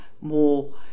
more